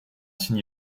signé